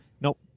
Nope